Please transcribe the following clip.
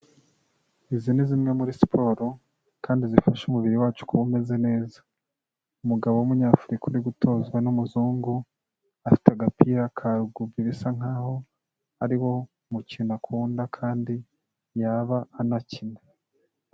Izi ni zimwe muri siporo kandi zifasha umubiri wacu kuba umeze neza, umugabo w'umunyafurika uri gutozwa n'umuzungu, afite agapira ka Rugby bisa nkaho ari wo mukino akunda kandi yaba anakina.